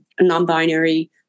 non-binary